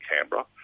Canberra